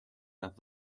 las